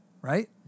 right